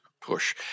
push